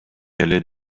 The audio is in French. allait